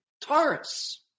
Taurus